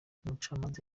umucamanza